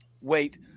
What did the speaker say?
wait